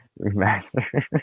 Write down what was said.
Remaster